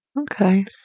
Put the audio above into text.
Okay